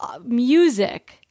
music